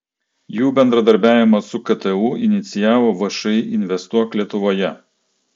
jų bendradarbiavimą su ktu inicijavo všį investuok lietuvoje